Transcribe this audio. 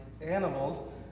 animals